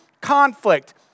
conflict